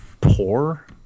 poor